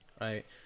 right